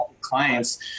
clients